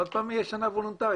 עוד פעם תהיה שנה וולונטרית?